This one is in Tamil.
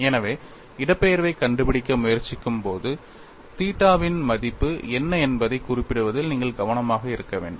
எனவே இடப்பெயர்வைக் கண்டுபிடிக்க முயற்சிக்கும்போது தீட்டாவின் மதிப்பு என்ன என்பதைக் குறிப்பிடுவதில் நீங்கள் கவனமாக இருக்க வேண்டும்